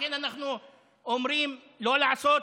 לכן אנחנו אומרים לא לעשות